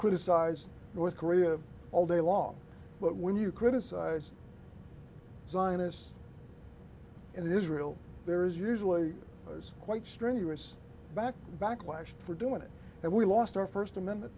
criticize north korea all day long but when you criticize zionists in israel there is usually quite strenuous back backlash for doing it and we lost our first amendment